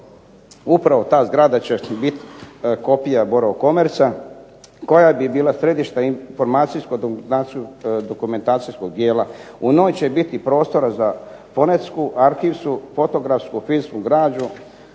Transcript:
Upravo ta zgrada će biti kopija "Borovo commerca" koja bi bila središte informacijsko-dokumentacijskog dijela. U njoj će biti prostora za fonetsku, arhivsku, fotografsku, filmsku građu,